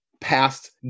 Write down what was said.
past